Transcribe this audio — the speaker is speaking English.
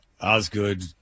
osgood